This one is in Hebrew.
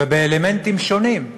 ובאלמנטים שונים.